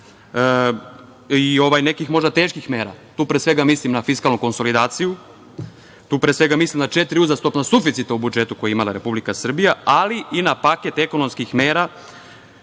i nekih možda teških mera. Tu pre svega mislim na fiskalnu konsolidaciju, tu pre svega mislim na četiri uzastopna suficita koji je imala Republika Srbija, ali i na paket ekonomskih mera